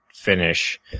finish